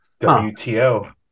WTO